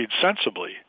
sensibly